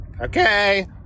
Okay